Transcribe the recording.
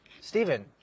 Stephen